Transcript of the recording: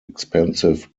expensive